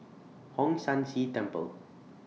Hong San See Temple